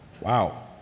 Wow